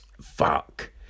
Fuck